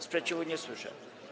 Sprzeciwu nie słyszę.